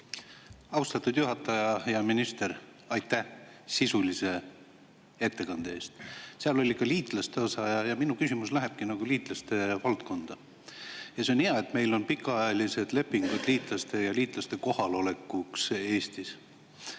Austatud juhataja! Hea minister, aitäh sisulise ettekande eest! Seal oli ka liitlaste osa ja minu küsimus lähebki nagu liitlaste valdkonda. See on hea, et meil on pikaajalised lepingud liitlaste kohalolekuks Eestis.